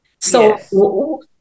So-